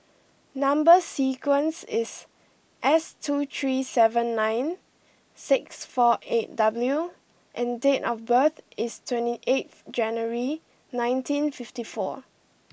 number sequence is S two three seven nine six four eight W and date of birth is twenty eighth January nineteen fifty four